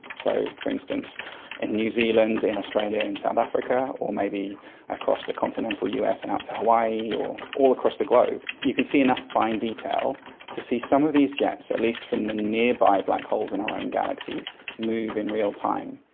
so for instance in new zealand, in australia and south africa or maybe across the continental us and out to hawaii or all across the globe you can see enough fine detail to see some of these jets, at least from the nearby black holes in our own galaxy move in real-time,